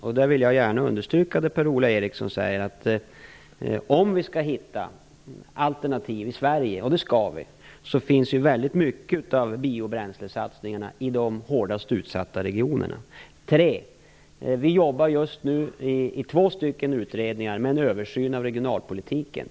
Jag vill då gärna understryka det som Per-Ola Eriksson säger, att om vi skall hitta alternativ i Sverige - och det skall vi - finns ju väldigt mycket av biobränslesatsningarna i de hårdast utsatta regionerna. För det tredje: Just nu jobbar två utredningar med en översyn av regionalpolitiken.